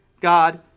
God